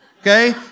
Okay